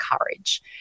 courage